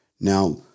Now